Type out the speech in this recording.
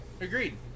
agreed